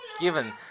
given